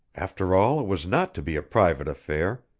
after all it was not to be a private affair,